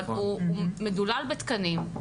אבל הוא מדולל בתקנים.